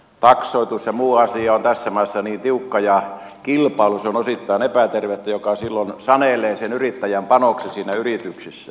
taksoitus ja muut asiat ovat tässä maassa niin tiukkoja ja kilpailu on osittain epätervettä ja se silloin sanelee sen yrittäjän panoksen siinä yrityksessä